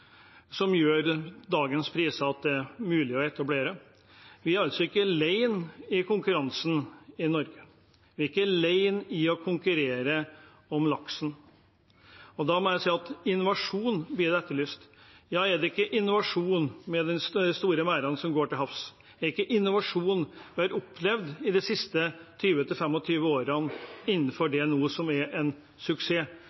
priser gjør det mulig å etablere dette. Vi er altså ikke alene om konkurransen i Norge, vi er ikke alene om å konkurrere om laksen. Innovasjon blir etterlyst. Ja, er det ikke innovasjon med de store merdene som går til havs? Er det ikke innovasjon vi har opplevd de siste 20–25 årene innenfor